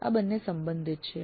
આ બંને સંબંધિત છે